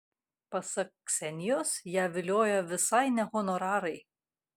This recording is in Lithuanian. pasak ksenijos ją vilioja visai ne honorarai